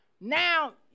Now